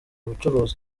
bucuruzi